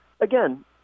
again